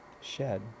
shed